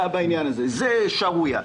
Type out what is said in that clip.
זאת שערורייה.